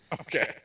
Okay